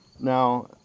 Now